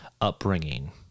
upbringing